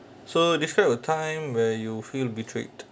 so describe a time where you feel betrayed